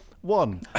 One